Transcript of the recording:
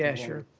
yeah sure.